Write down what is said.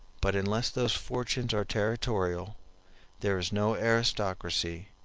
but unless those fortunes are territorial there is no aristocracy,